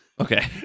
Okay